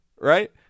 right